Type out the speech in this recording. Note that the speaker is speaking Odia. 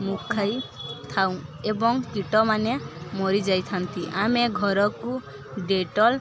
ମୁଖାଇ ଥାଉଁ ଏବଂ କୀଟମାନେ ମରିଯାଇଥାନ୍ତି ଆମେ ଘରକୁ ଡେଟଲ